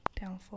Downfall